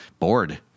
bored